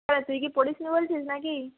হ্যাঁ তুই কি পড়িসনি বলছিস না কি